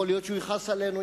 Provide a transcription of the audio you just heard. יכול להיות שהוא יכעס עלינו,